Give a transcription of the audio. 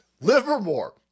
Livermore